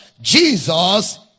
Jesus